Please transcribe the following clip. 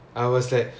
oh